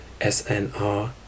SNR